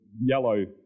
yellow